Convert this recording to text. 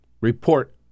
Report